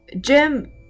Jim